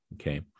okay